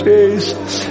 Jesus